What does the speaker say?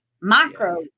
Micro